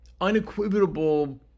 unequivocal